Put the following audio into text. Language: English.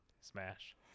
Smash